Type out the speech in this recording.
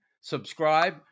subscribe